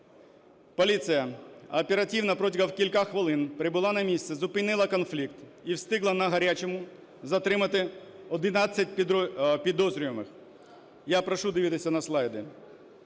Поліція оперативно, протягом кількох хвилин, прибула на місце, зупинила конфлікт і встигла на гарячому затримати 11 підозрюваних. Я прошу дивитися на слайди.